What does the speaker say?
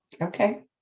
Okay